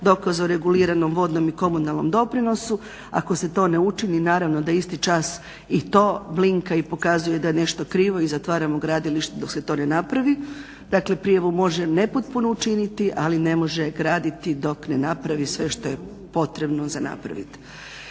dokaz o reguliranom vodnom i komunalnom doprinosu i ako se to ne učini naravno da isti čas i to blinka i pokazuje da je nešto krivo i zatvaramo gradilište dok se to ne napravi. Dakle, prijavu može nepotpunu učiniti ali ne može graditi dok ne napravi sve što je potrebno za napraviti.